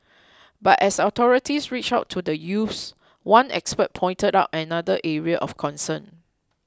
but as authorities reach out to the youths one expert pointed out another area of concern